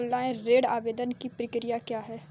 Online ऋण आवेदन की प्रक्रिया क्या है?